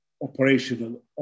operational